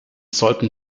sollten